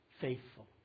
faithful